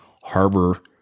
harbor